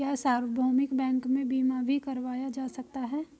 क्या सार्वभौमिक बैंक में बीमा भी करवाया जा सकता है?